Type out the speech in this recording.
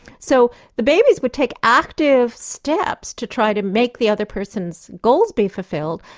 so the babies would take active steps to try to make the other person's goals be fulfilled,